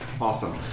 Awesome